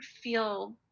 feel